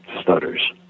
stutters